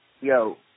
Yo